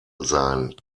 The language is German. sein